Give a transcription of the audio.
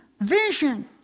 vision